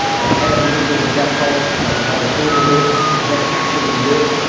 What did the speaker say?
but head of an ignoring death cult that would rather own the libs than actually live.